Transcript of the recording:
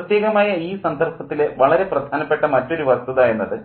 പ്രത്യേകമായ ഈ സന്ദർഭത്തിലെ വളരെ പ്രധാനപ്പെട്ട മറ്റൊരു വസ്തുത എന്നത്